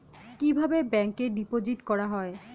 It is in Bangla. কিভাবে ব্যাংকে ডিপোজিট করা হয়?